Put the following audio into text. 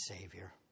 Savior